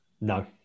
No